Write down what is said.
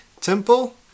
Temple